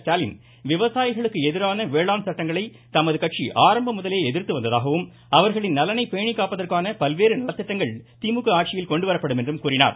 ஸ்டாலின் விவசாயிகளுக்கு எதிரான வேளாண் சட்டங்களை தமது கட்சி ஆரம்ப முதலே எதிர்த்து வருவதாகவும் அவர்களின் நலனை பேணிக்காப்பதற்கான பல்வேறு நலத்திட்டங்கள் திமுக ஆட்சியில் கொண்டுவரப்படும் என்றும் கூறினார்